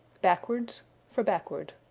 backwards for backward.